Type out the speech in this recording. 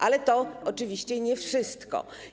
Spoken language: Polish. Ale to oczywiście nie jest wszystko.